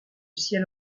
ciel